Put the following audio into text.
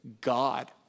God